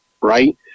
right